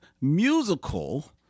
musical